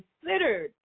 considered